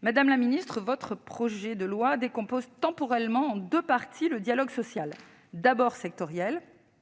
Madame la ministre, votre projet de loi décompose temporellement en deux parties le dialogue social ; d'abord sectoriel,